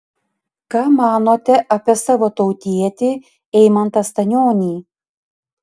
ką manote apie savo tautietį eimantą stanionį